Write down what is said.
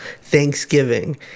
Thanksgiving